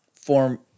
form